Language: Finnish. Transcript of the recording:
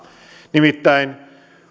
nimittäin